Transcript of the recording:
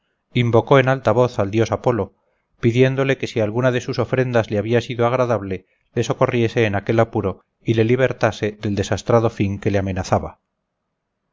invocó en alta voz al dios apolo pidiéndole que si alguna de sus ofrendas le había sido agradable le socorriese en aquel apuro y le libertase del desastrado fin que le amenazaba